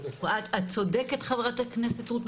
את צודקת חברת הכנסת רות,